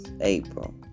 April